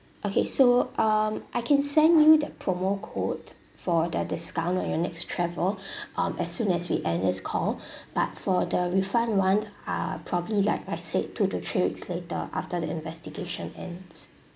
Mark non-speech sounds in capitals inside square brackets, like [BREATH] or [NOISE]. okay so um I can send you that promo code for that discount on your next travel [BREATH] um as soon as we end this call [BREATH] but for the refund one uh probably like I said two to three weeks later after the investigation ends